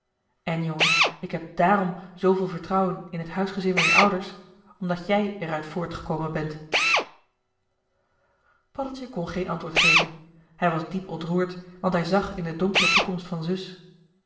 en jongen ik heb dààrom zooveel vertrouwen in het huisgezin van je ouders omdat jij er uit voortgekomen bent paddeltje kon geen antwoord geven hij was diep ontroerd want hij zag in de donkere toekomst van zus